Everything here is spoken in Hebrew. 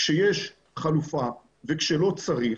כשיש חלופה וכשלא צריך